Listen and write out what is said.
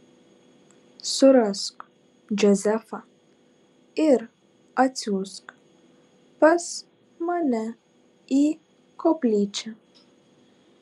surask džozefą ir atsiųsk pas mane į koplyčią